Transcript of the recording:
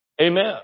Amen